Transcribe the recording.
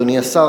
אדוני השר,